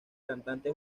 cantante